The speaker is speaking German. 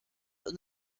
und